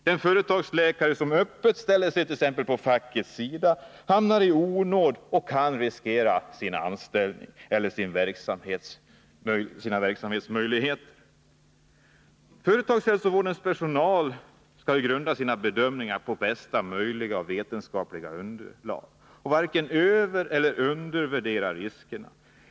Den företagsläkare som öppet ställer sig på fackets sida hamnar i onåd och kan riskera sin anställning eller sina möjligheter till fortsatt verksamhet. Företagshälsovårdens personal skall grunda sina bedömningar på bästa möjliga vetenskapliga underlag och varken övereller undervärdera riskerna.